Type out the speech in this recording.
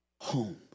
home